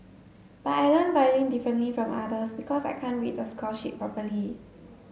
but I learn violin differently from others because I can't read the score sheet properly